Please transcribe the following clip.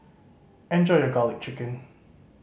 enjoy your Garlic Chicken